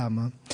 למה?